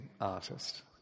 artist